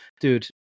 dude